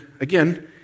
again